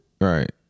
Right